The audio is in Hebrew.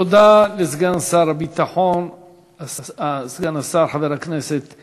תודה לסגן שר הביטחון חבר הכנסת